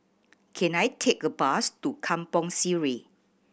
can I take a bus to Kampong Sireh